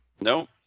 Nope